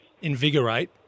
invigorate